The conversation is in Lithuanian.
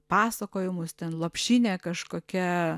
pasakojimus ten lopšinė kažkokia